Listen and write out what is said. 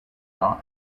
not